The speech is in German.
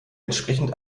entsprechend